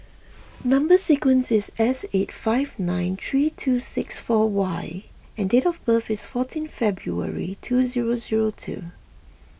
Number Sequence is S eight five nine three two six four Y and date of birth is fourteen February two zero zero two